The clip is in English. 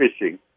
fishing